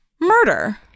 Murder